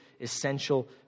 essential